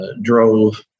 drove